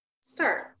start